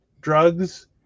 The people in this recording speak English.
drugs